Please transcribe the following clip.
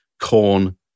corn